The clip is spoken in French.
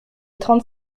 trente